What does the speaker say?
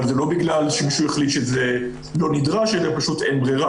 אבל זה לא בגלל שמישהו החליט שזה לא נדרש - פשוט כי אין ברירה,